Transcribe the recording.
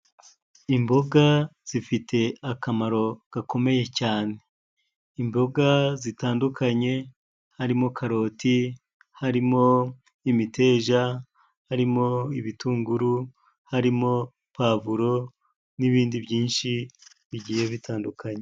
Imboga zifite akamaro gakomeye cyane. Imboga zitandukanye harimo karoti, harimo imiteja, harimo ibitunguru, harimo pavuro, n'ibindi byinshi bigiye bitandukanye.